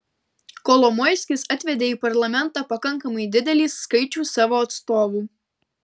kolomoiskis atvedė į parlamentą pakankamai didelį skaičių savo atstovų